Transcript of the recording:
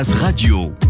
Radio